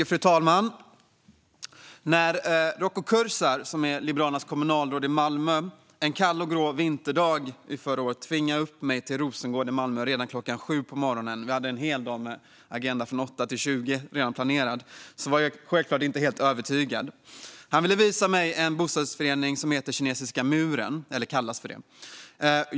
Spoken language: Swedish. Fru talman! När Roko Kursar, Liberalernas kommunalråd i Malmö, en kall och grå vinterdag förra året tvingade upp mig till Rosengård i Malmö redan kl. 7 på morgonen - vi hade redan en hel dag med agenda från kl. 8 till kl. 20 planerad - var jag självklart inte helt övertygad. Han ville visa mig en bostadsrättsförening som kallades Kinesiska muren.